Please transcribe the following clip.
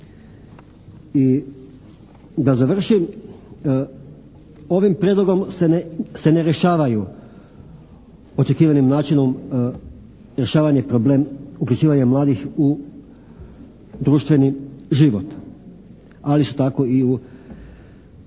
I da završim, ovim prijedlogom se ne rješavaju očekivanim načinom rješavanje problem uključivanja mladih u društveni život ali isto tako i u javni